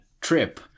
trip